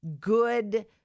good